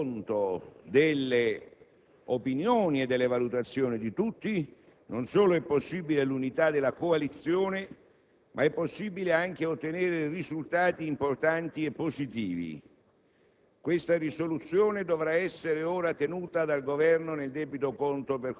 Noi rappresentiamo un popolo di persone libere, un popolo di persone che possono camminare a fronte alta e che non si rassegnano a questo Governo delle tasse e dell'illegalità. *(Applausi